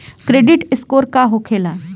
Credit score का होखेला?